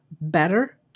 better